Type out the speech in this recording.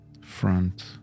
front